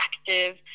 active